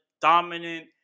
dominant